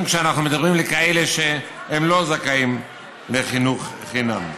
כשאנחנו מדברים על אלה שלא זכאים לחינוך חינם.